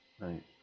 Right